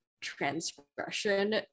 transgression